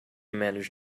manage